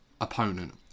opponent